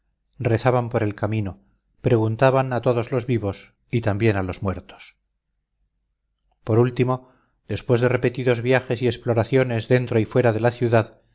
rezaban por el camino preguntaban a todos los vivos y también a los muertos por último después de repetidos viajes y exploraciones dentro y fuera de la ciudad